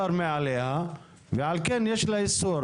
משרד הבריאות, דוקטור שרון אלרעי פרייס.